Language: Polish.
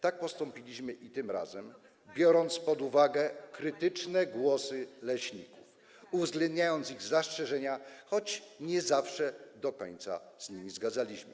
Tak postąpiliśmy i tym razem, biorąc pod uwagę krytyczne głosy leśników, uwzględniając ich zastrzeżenia, choć nie zawsze do końca się z nimi zgadzaliśmy.